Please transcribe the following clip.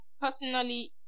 personally